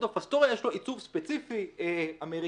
יש לו עיצוב ספציפי אמריקאי,